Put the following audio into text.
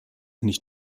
nicht